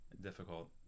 difficult